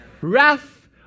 wrath